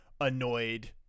annoyed